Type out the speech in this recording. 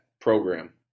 program